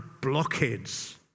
blockheads